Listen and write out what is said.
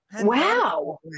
Wow